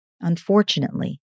Unfortunately